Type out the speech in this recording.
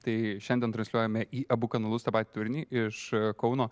tai šiandien transliuojame į abu kanalus tą patį turinį iš kauno